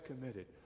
committed